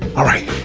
alright,